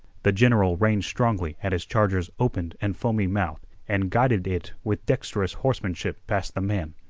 the general reined strongly at his charger's opened and foamy mouth and guided it with dexterous horsemanship past the man.